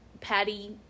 Patty